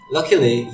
Luckily